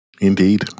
Indeed